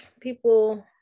people